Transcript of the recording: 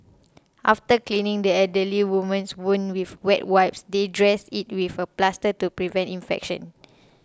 after cleaning the elderly woman's wound with wet wipes they dressed it with a plaster to prevent infection